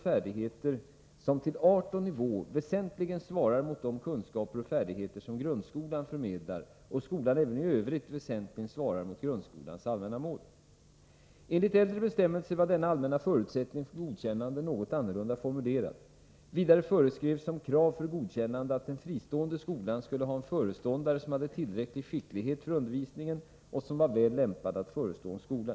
Paragrafen har anpassats till de förhållanden som råder i grundskolan i dag och har getts en allmännare formulering. Där står nu inte längre uttryckligen att skolan skall förestås av person, vilken äger erforderlig skicklighet för undervisningen och är väl lämpad att förestå skola.